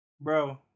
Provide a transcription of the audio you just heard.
Bro